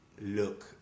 look